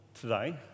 today